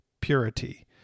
purity